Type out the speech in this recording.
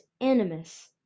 animus